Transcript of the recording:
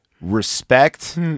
Respect